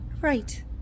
Right